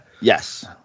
Yes